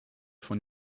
von